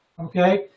okay